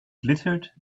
glittered